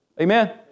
Amen